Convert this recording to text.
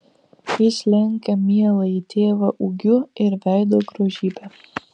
jis lenkia mieląjį tėvą ūgiu ir veido grožybe